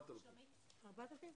4,000. 4,000?